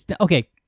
Okay